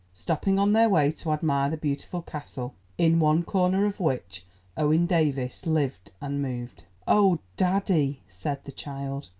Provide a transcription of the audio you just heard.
stopping on their way to admire the beautiful castle, in one corner of which owen davies lived and moved. oh, daddy, said the child,